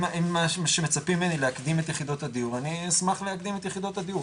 אם מצפים ממני להקדים את יחידות הדיור אני אשמח להקדים את יחידת הדיור.